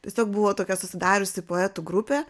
tiesiog buvo tokia susidariusi poetų grupė